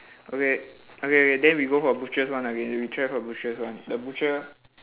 okay okay then we go for butcher's one again we try for butcher's one the butcher